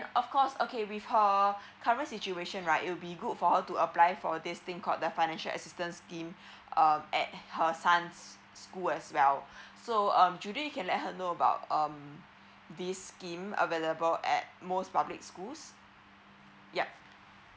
of course okay with her current situation right it will be good for her to apply for this thing called the financial assistance scheme uh at her son's school as well so um judy can let her know about um this scheme available at most public schools yup